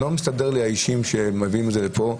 לא מסתדר לי, האישים שמביאים את זה לפה,